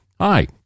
hi